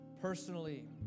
personally